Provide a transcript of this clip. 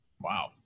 Wow